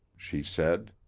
she said.